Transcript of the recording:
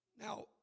Now